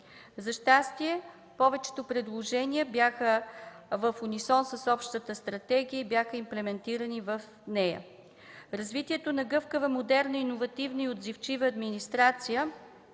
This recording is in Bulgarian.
За щастие, повечето предложения бяха в унисон с общата стратегия и бяха имплементирани в нея. Развитието на гъвкава, модерна, иновативна и отзивчива администрация